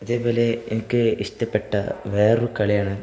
അതേപോലെ എനിക്ക് ഇഷ്ടപ്പെട്ട വേറൊരു കളിയാണ്